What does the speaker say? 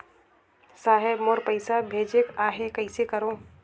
साहेब मोर पइसा भेजेक आहे, कइसे करो?